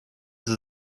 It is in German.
sie